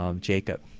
Jacob